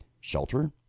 shelter